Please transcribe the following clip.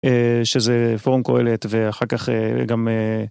שזה פורום קהלת ואחר כך גם...